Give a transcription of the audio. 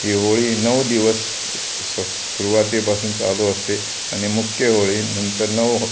ही होळी नऊ दिवस स स सुरुवातीपासून चालू असते आणि मुख्य होळी नंतर नऊ